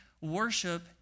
worship